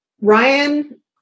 Ryan